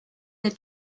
êtes